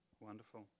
wonderful